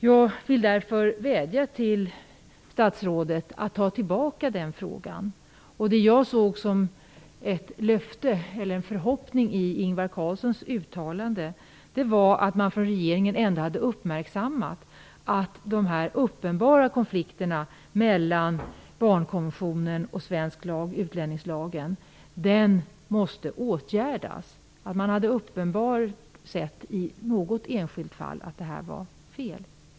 Jag vill därför vädja till statsrådet att ta tillbaka frågan. Jag såg det som ett löfte, en förhoppning, i Ingvar Carlssons uttalande att man från regeringens sida ändå uppmärksammat de uppenbara konflikterna mellan barnkonventionen och svensk utlänningslag och sagt att de skall åtgärdas. Man har i något enskilt fall sett att det var brister.